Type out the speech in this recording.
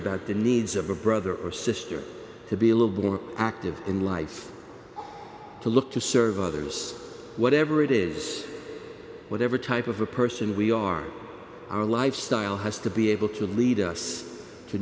about the needs of a brother or sister to be a little more active in life to look to serve others whatever it is whatever type of a person we are our lifestyle has to be able to lead us to